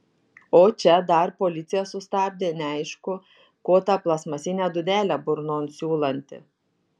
o čia dar policija sustabdė neaišku ko tą plastmasinę dūdelę burnon siūlanti